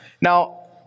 Now